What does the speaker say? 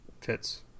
fits